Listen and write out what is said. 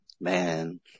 Man